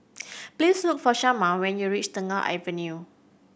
please look for Shamar when you reach Tengah Avenue